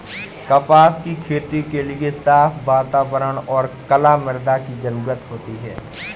कपास की खेती के लिए साफ़ वातावरण और कला मृदा की जरुरत होती है